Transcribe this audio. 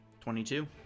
Twenty-two